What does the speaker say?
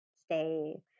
stay